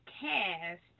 cast